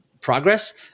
progress